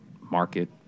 market